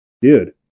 dude